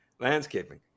Landscaping